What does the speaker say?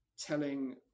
telling